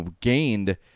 gained